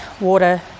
water